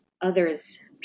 others